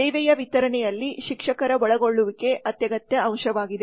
ಸೇವೆಯ ವಿತರಣೆಯಲ್ಲಿ ಶಿಕ್ಷಕರ ಒಳಗೊಳ್ಳುವಿಕೆ ಅತ್ಯಗತ್ಯ ಅಂಶವಾಗಿದೆ